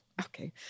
okay